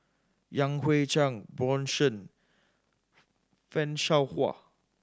Yan Hui Chang Bjorn Shen Fan Shao Hua